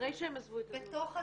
בתוך הזנות.